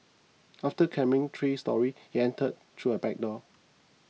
after climbing three storey she entered through a back door